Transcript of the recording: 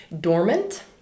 dormant